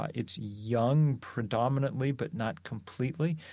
ah it's young predominantly but not completely.